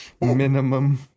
Minimum